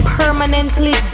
permanently